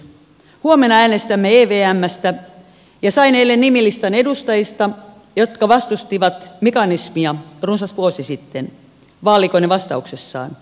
huomenna äänestämme evmstä ja sain eilen nimilistan edustajista jotka vastustivat mekanismia runsas vuosi sitten vaalikonevastauksessaan